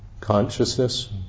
consciousness